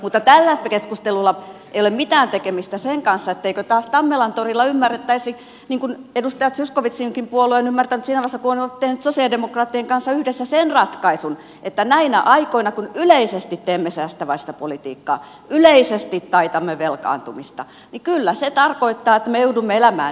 mutta tällaisella keskustelulla ei ole mitään tekemistä sen kanssa etteikö taas tammelantorilla ymmärrettäisi niin kuin edustaja zyskowiczinkin puolue on ymmärtänyt siinä vaiheessa kun on tehnyt sosialidemokraattien kanssa yhdessä sen ratkaisun että näinä aikoina kun yleisesti teemme säästäväistä politiikkaa yleisesti taitamme velkaantumista kyllä se tarkoittaa että me joudumme elämään niukilla